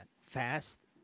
Fast